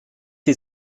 die